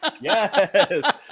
Yes